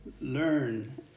learn